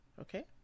Okay